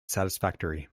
satisfactory